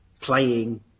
playing